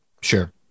Sure